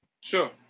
Sure